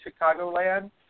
Chicagoland